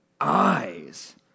eyes